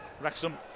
wrexham